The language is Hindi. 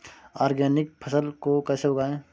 ऑर्गेनिक फसल को कैसे उगाएँ?